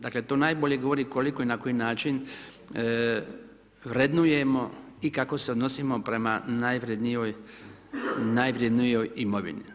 Dakle to najbolje govori koliko i na koji način vrednujemo i kako se odnosimo prema najvrjednijoj imovini.